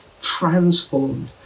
transformed